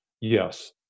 Yes